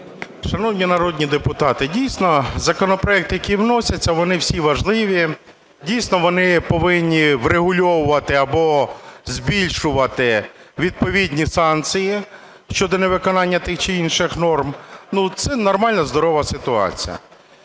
Шановні народні депутати! Дійсно, законопроекти які вносяться, вони всі важливі. Дійсно, вони повинні врегульовувати або збільшувати відповідні санкції щодо невиконання тих чи інших норм. Це нормальна, здорова ситуація.